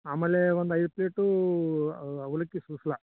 ಆಮೇಲೆ ಒಂದು ಐದು ಪ್ಲೇಟೂ ಅವಲಕ್ಕಿ ಸೂಸ್ಲಾ